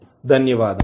ధన్యవాదములు